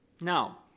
Now